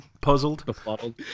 Puzzled